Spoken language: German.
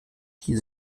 die